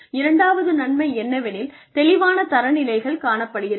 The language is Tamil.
இரண்டாவது நன்மை என்னவெனில் தெளிவான தரநிலைகள் காணப்படுகிறது